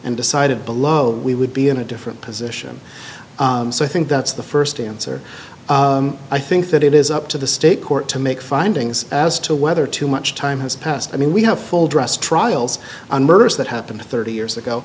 and decided below we would be in a different position so i think that's the first answer i think that it is up to the state court to make findings as to whether too much time has passed i mean we have full dress trials on murders that happened thirty years ago